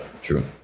true